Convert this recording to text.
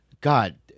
God